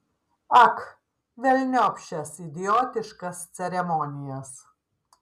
ak velniop šias idiotiškas ceremonijas